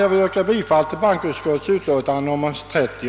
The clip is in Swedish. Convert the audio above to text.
Jag yrkar bifall till bankoutskottets hemställan i utlåtande nr 30.